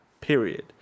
Period